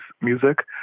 music